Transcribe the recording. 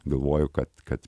galvoju kad kad